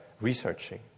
researching